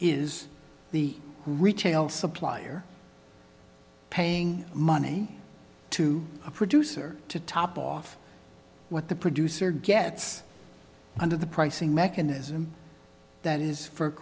is the retail supplier paying money to a producer to top off what the producer gets under the pricing mechanism that is for